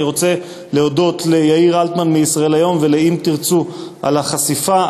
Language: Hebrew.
אני רוצה להודות ליאיר אלטמן מ"ישראל היום" ול"אם תרצו" על החשיפה,